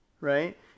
right